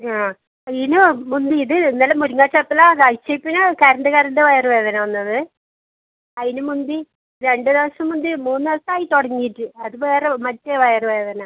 ആ ഇതിന് മുന്തി ഇത് ഇന്നലെ മുരിങ്ങാച്ചപ്പില കഴിച്ചതിൽപ്പിന്നെ കരണ്ട് കരണ്ട് വയറുവേദന വന്നത് അതിന് മുന്തി രണ്ട് ദിവസം മുന്തി മൂന്ന് ദിവസം ആയി തുടങ്ങീട്ട് അത് വേറെ മറ്റേ വയറുവേദന